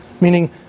meaning